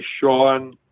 Sean